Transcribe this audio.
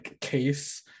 case